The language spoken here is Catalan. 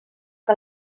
que